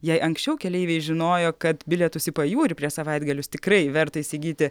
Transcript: jei anksčiau keleiviai žinojo kad bilietus į pajūrį prieš savaitgalius tikrai verta įsigyti